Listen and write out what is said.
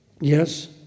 Yes